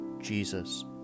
Jesus